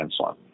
insulin